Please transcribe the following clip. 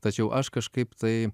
tačiau aš kažkaip tai